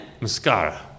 Mascara